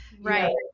Right